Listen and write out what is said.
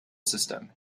system